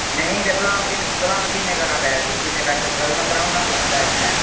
नेईं ते बदाम किन्ने बदाम किन्ने करां पैक फ्ही किन्ने पैकेट कराई ओड़ना मुड़े शा पैक मैं